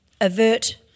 avert